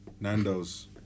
Nando's